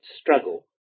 struggle